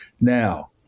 now